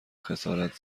خسارت